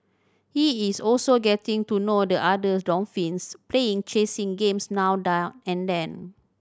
he is also getting to know the others dolphins playing chasing games now and then